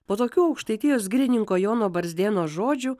po tokių aukštaitijos girininko jono barzdėno žodžių